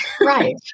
Right